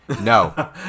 No